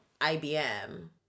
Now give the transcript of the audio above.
ibm